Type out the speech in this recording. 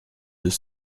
deux